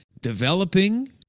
developing